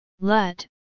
Let